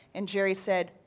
and gerry said,